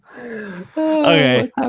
Okay